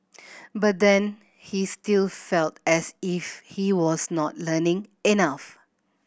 but then he still felt as if he was not learning enough